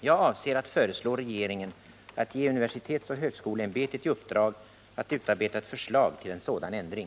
Jag avser att föreslå regeringen att ge universitetsoch högskoleämbetet i uppdrag att utarbeta ett förslag till en sådan ändring.